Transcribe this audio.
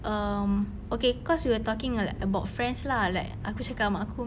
um okay cause we were talking li~ about friends lah like aku cakap dengan mak aku